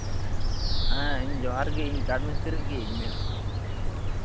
ᱦᱮᱸ ᱤᱧ ᱡᱚᱸᱦᱟᱨ ᱜᱮ ᱠᱟᱴᱷ ᱢᱤᱥᱛᱨᱤ ᱜᱤᱧ ᱢᱮᱱᱮᱫᱼᱟ